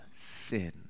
sin